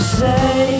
say